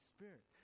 Spirit